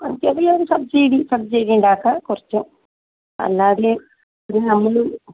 ആ ചെറിയ ഒരു സബ്സിഡി സബ്സിഡി ഉണ്ടാക്കുക കുറച്ചു അല്ലാതെ നമ്മൾ